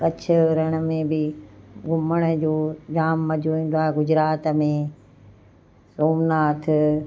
कछ रण में बि घुमण जो जाम मज़ो ईंदो आहे गुजरात में सोमनाथ